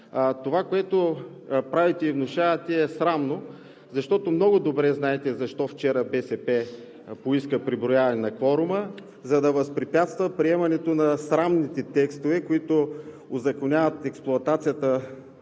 Това, което правите и внушавате, е срамно. Много добре знаете защо вчера БСП поиска преброяване на кворума, за да възпрепятства приемането на срамните текстове, които узаконяват експлоатацията